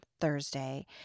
Thursday